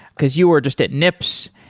because you are just at nips,